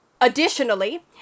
Additionally